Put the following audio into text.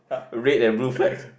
red and blue flags